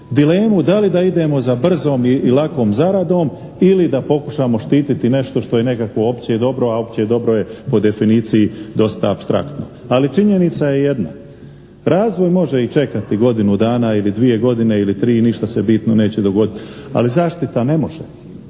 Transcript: dilemu da li da idemo za brzom i lakom zaradom ili da pokušamo štititi nešto što je nekakvo opće dobro, a opće dobro je po definiciji dosta apstraktno. Ali činjenica je jedno. Razvoj može i čekati godinu dana ili dvije godine ili tri, ništa se bitno neće dogoditi, ali zaštita ne može.